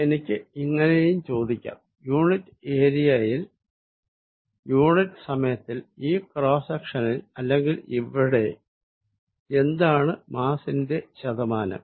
എനിക്ക് ഇങ്ങിനെയും ചോദിക്കാം യൂണിറ്റ് ഏരിയയിൽ യൂണിറ്റ് സമയത്തിൽ ഈ ക്രോസ്സ് സെക്ഷനിൽ അല്ലെങ്കിൽ ഇവിടെ എന്താണ് മാസിന്റെ ശതമാനം